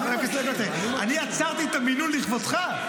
חבר הכנסת כהן, אני עצרתי את המהירות לכבודך,